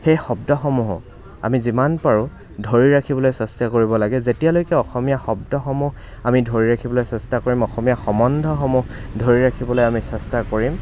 সেই শব্দসমূহো আমি যিমান পাৰোঁ ধৰি ৰাখিবলৈ চেষ্টা কৰিব লাগে যেতিয়ালৈকে অসমীয়া শব্দসমূহ আমি ধৰি ৰাখিবলৈ চেষ্টা কৰিম অসমীয়া সমন্ধসমূহ ধৰি ৰাখিবলৈ আমি চেষ্টা কৰিম